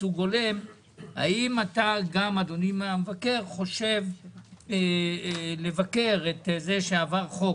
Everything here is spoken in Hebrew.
האם אדוני המבקר חשבת לבקר את זה שעבר חוק